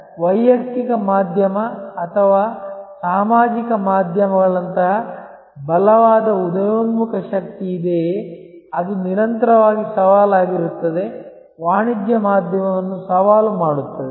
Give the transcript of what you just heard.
ಆದ್ದರಿಂದ ವೈಯಕ್ತಿಕ ಮಾಧ್ಯಮ ಅಥವಾ ಸಾಮಾಜಿಕ ಮಾಧ್ಯಮಗಳಂತಹ ಬಲವಾದ ಉದಯೋನ್ಮುಖ ಶಕ್ತಿ ಇದೆಯೇ ಅದು ನಿರಂತರವಾಗಿ ಸವಾಲಾಗಿರುತ್ತದೆ ವಾಣಿಜ್ಯ ಮಾಧ್ಯಮವನ್ನು ಸವಾಲು ಮಾಡುತ್ತದೆ